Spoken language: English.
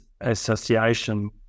association